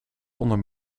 onder